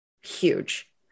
huge